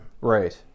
Right